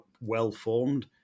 well-formed